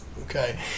Okay